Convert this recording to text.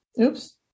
Oops